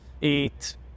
eat